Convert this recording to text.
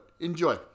Enjoy